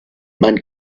man